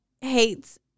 hates